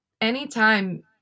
anytime